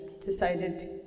decided